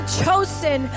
chosen